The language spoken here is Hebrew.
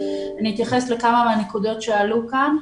אתייחס לכמה נקודות שעלו כאן.